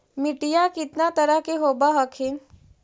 मिट्टीया कितना तरह के होब हखिन?